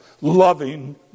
Loving